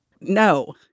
No